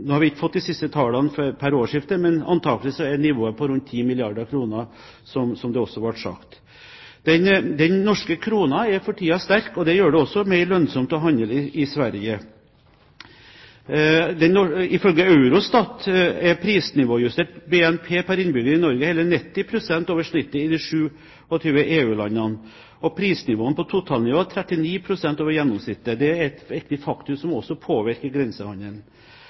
Nå har vi ikke fått de siste tallene pr. årsskiftet, men antakelig er nivået på rundt 10 milliarder kr, som det også ble sagt. Den norske kronen er for tiden sterk, og det gjør det også mer lønnsomt å handle i Sverige. Ifølge Eurostat er prisnivåjustert BNP pr. innbygger i Norge hele 90 pst. over snittet i de 27 EU-landene, og prisnivået på totalnivå var 39 pst. over gjennomsnittet. Det er et viktig faktum som også påvirker grensehandelen.